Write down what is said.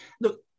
look